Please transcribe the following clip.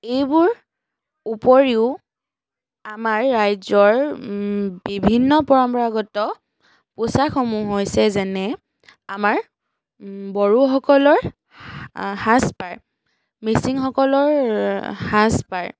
এইবোৰ উপৰিও আমাৰ ৰাজ্যৰ বিভিন্ন পৰম্পৰাগত পোছাকসমূহ হৈছে যেনে আমাৰ বড়োসকলৰ সাজ পাৰ মিচিংসকলৰ সাজ পাৰ